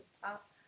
top